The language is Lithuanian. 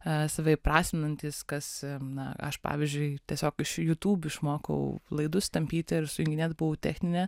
save įprasminantys kas na aš pavyzdžiui tiesiog iš youtube išmokau laidus tampyti ir sujunginėt buvau techninė